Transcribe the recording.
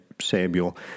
Samuel